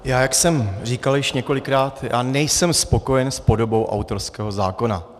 Jak jsem říkal již několikrát, já nejsem spokojen s podobou autorského zákona.